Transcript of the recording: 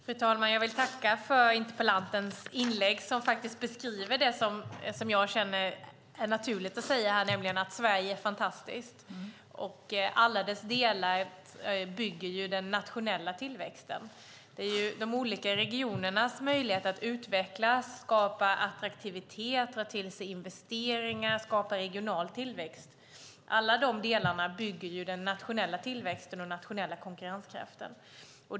Fru talman! Jag tackar för inlägget som beskriver det som känns naturligt för mig att säga, nämligen att Sverige är fantastiskt. Alla landets delar bygger den nationella tillväxten. Det är de olika regionernas möjlighet att utvecklas, göra sig attraktiva, dra till sig investeringar och skapa regional tillväxt som bygger den nationella tillväxten och konkurrenskraften.